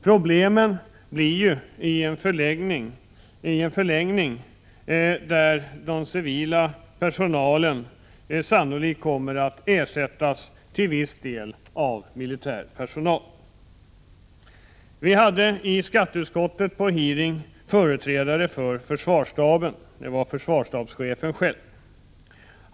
Problemen uppstår ju i en förlängning, där den civila personalen sannolikt kommer att ersättas till viss del av militär personal. Vi hade i skatteutskottet på en hearing en företrädare för försvarsstaben; det var försvarsstabschefen själv.